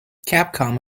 capcom